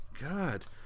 God